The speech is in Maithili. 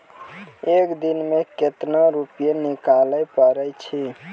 एक दिन मे केतना रुपैया निकाले पारै छी?